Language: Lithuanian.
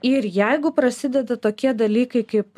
ir jeigu prasideda tokie dalykai kaip